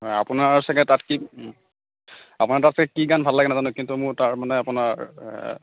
আপোনাৰ ছাগৈ তাত কি আপোনাৰ তাতে ছাগৈ কি গান ভাল লাগে নাজানো কিন্তু মোৰ তাৰ মানে আপোনাৰ